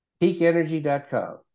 Peakenergy.com